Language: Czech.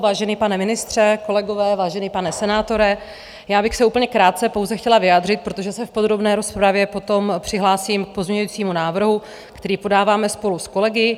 Vážený pane ministře, kolegové, vážený pane senátore, já bych se úplně krátce pouze chtěla vyjádřit, protože se v podrobné rozpravě potom přihlásím k pozměňovacímu návrhu, který podáváme spolu s kolegy.